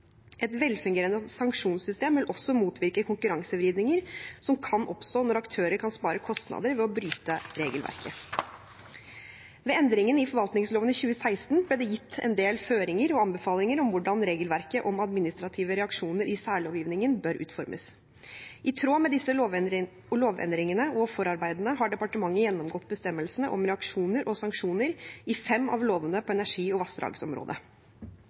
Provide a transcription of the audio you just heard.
Et velfungerende sanksjonssystem vil også motvirke konkurransevridninger som kan oppstå når aktører kan spare kostnader ved å bryte regelverket. Ved endringen i forvaltningsloven i 2016 ble det gitt en del føringer og anbefalinger om hvordan regelverket om administrative reaksjoner i særlovgivningen bør utformes. I tråd med disse lovendringene og forarbeidene har departementet gjennomgått bestemmelsene om reaksjoner og sanksjoner i fem av lovene på energi- og